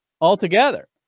altogether